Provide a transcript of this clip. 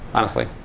honestly.